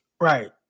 Right